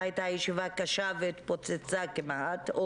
הייתה ישיבה קשה והתפוצצה כמעט.